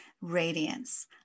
radiance